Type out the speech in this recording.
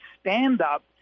stand-up